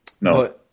No